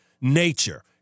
nature